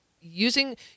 using